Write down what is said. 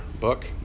book